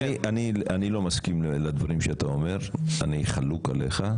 אני לא מסכים לדברים שאתה אומר, ואני חלוק עליך.